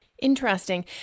Interesting